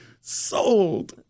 sold